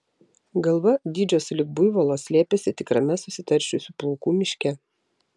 galva dydžio sulig buivolo slėpėsi tikrame susitaršiusių plaukų miške